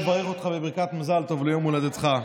אברך אותך בברכת מזל טוב ליום הולדתך.